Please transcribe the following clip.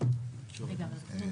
זוכר